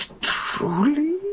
truly